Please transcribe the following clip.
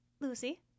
Lucy